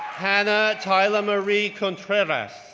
hannah tyler-marie contreras,